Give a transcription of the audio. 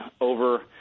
over